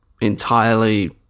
entirely